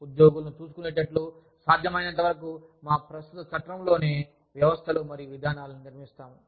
ఉద్యోగులను చూసుకునేటట్లు సాధ్యమైనంతవరకు మా ప్రస్తుత చట్రంలోనే వ్యవస్థలు మరియు విధానాలను నిర్మిస్తాము